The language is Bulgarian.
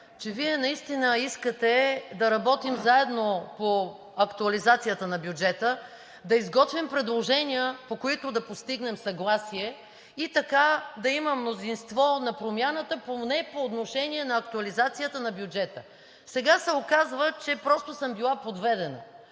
че Вие наистина искате да работим заедно по актуализацията на бюджета, да изготвим предложения, по които да постигнем съгласие и така да има мнозинство на промяната, поне по отношение на актуализацията на бюджета. Сега се оказва, че просто съм била подведена,